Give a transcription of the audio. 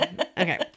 Okay